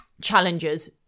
challenges